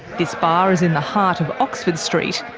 this bar is in the heart of oxford street,